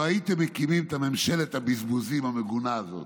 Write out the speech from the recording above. לא הייתם מקימים את ממשלת הבזבוזים המגונה הזאת",